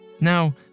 Now